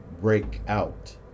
breakout